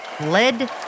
Led